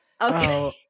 Okay